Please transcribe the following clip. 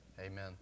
Amen